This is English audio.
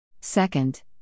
Second